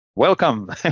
Welcome